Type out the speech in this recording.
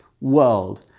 world